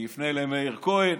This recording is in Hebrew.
אני אפנה למאיר כהן,